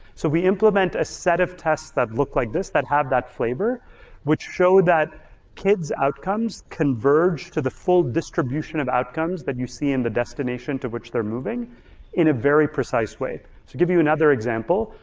so we implement a set of tests that look like this that have that flavor which show that kid's outcomes converge to the full distribution of outcomes that you see in the destination to which they're moving in a very precise way. to give you you another example,